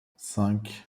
cinq